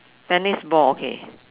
tennis ball okay